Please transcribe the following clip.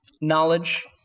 knowledge